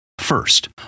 First